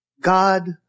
God